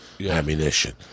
ammunition